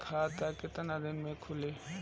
खाता कितना दिन में खुलि?